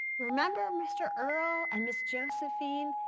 remember mr. earl and ms. josephine?